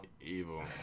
evil